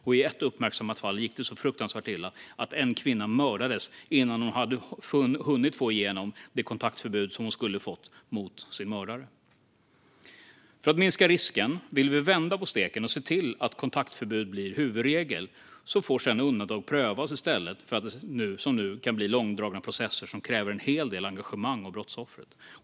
I ett uppmärksammat fall gick det så fruktansvärt illa att en kvinna mördades innan hon hade hunnit få igenom det kontaktförbud som hon skulle ha fått mot sin mördare. För att minska risken vill vi vända på steken och se till att kontaktförbud blir huvudregel och att undantag sedan får prövas i stället för att det som nu blir långdragna processer som kräver en hel del engagemang av brottsoffret.